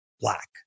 black